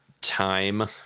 time